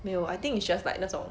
没有 I think it's just like 那种